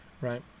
Right